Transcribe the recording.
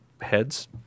heads